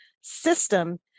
system